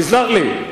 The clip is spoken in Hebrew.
תסלח לי.